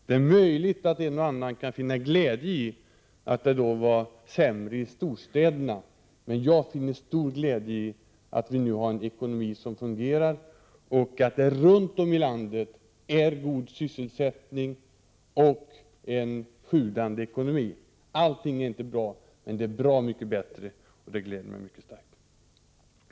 Det är möjligt att en och annan kan finna glädje i att det då var sämre i storstäderna, men jag finner stor glädje i att ekonomin nu fungerar, att sysselsättningen är god och ekonomin sjudande runt om ilandet. Allt är inte bra, men det är bra mycket bättre, och det gläder mig.